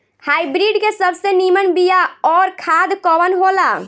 Hybrid के सबसे नीमन बीया अउर खाद कवन हो ला?